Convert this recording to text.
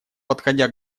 подходя